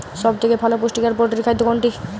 সব থেকে ভালো পুষ্টিকর পোল্ট্রী খাদ্য কোনটি?